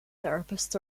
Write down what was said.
therapists